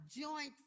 joint